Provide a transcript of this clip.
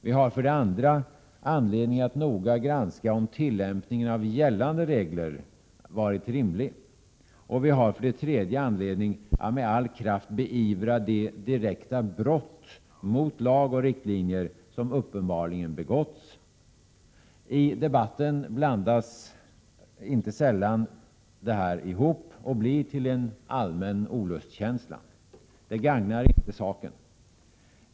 Vi har för det andra anledning att noga granska om tillämpningen av gällande riktlinjer varit rimlig. Och vi har för det tredje anledning att med all kraft beivra de direkta brott mot lag och riktlinjer som uppenbarligen begåtts. I debatten blandas inte sällan detta ihop och ger upphov till en allmän olustkänsla. Det gagnar inte saken.